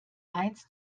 eins